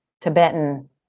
Tibetan